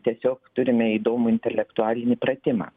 tiesiog turime įdomų intelektualinį pratimą